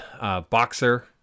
boxer